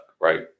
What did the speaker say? right